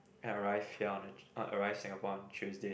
and arrive on and arrive Singapore on Tuesday